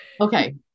Okay